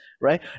Right